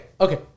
okay